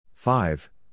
Five